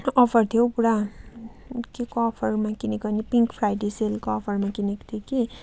offer थियो पुरा केको अफर हुँदा किनेको भने पिङ्क फ्राइडे सेलको अफरमा किनेको थिएँ कि